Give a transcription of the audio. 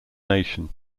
nation